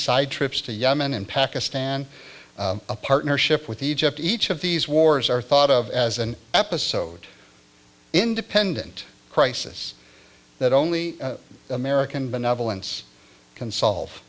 side trips to yemen and pakistan a partnership with egypt each of these wars are thought of as an episode independent crisis that only american benevolence can solve